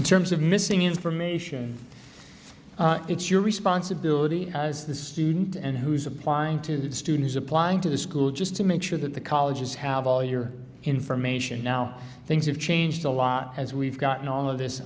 in terms of missing information it's your responsibility as the student and who's applying to the students applying to the school just to make sure that the colleges have all your information now things have changed a lot as we've gotten all of this